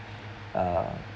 uh